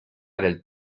del